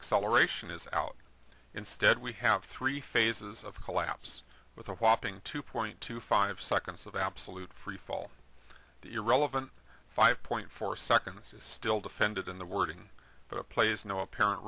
acceleration is out instead we have three phases of collapse with a whopping two point two five seconds of absolute freefall irrelevant five point four seconds is still defended in the wording but plays no apparent